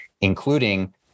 including